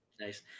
Nice